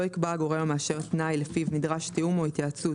לא ייקבע הגורם המאשר תנאי לפיו נדרש תיאום או התייעצות